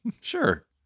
Sure